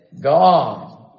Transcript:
God